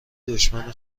دشمن